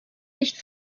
nicht